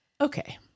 Okay